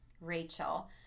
Rachel